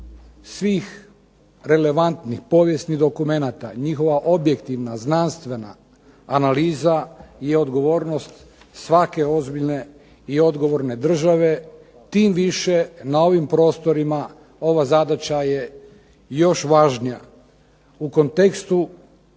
svih relevantnih povijesnih dokumenata, njihova objektivna, znanstvena analiza je odgovornost svake ozbiljne i odgovorne države. Tim više, na ovim prostorima, ova zadaća je još važnija. U kontekstu